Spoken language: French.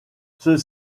ceux